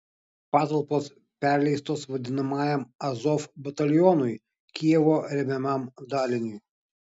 patalpos perleistos vadinamajam azov batalionui kijevo remiamam daliniui